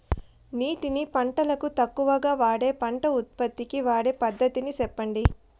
నీటిని పంటలకు తక్కువగా వాడే పంట ఉత్పత్తికి వాడే పద్ధతిని సెప్పండి?